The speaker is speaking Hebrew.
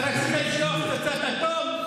אתה רצית לשלוח פצצת אטום?